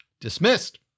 Dismissed